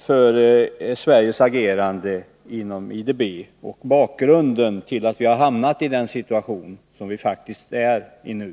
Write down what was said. för Sveriges agerande inom IDB och beträffande bakgrunden till att vi har hamnat i den situation som vi faktiskt är i nu.